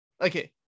Okay